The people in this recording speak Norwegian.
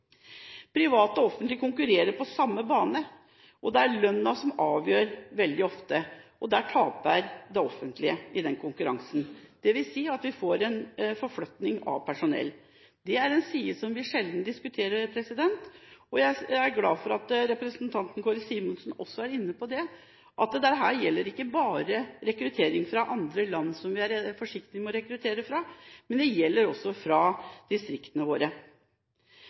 Private og offentlige konkurrerer på samme bane, og det er veldig ofte lønnen som avgjør. Det offentlige taper i den konkurransen, dvs. at vi får en forflytning av personell. Det er en side som vi sjelden diskuterer, og jeg er glad for at representanten Kåre Simensen også er inne på det, at dette gjelder ikke bare rekruttering fra land som vi er forsiktige med å rekruttere fra, men det gjelder også fra distriktene våre.